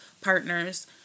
partners